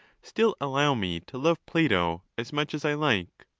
still allow me to love plato as much as i like.